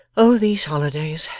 oh these holidays!